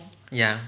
ya